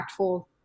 impactful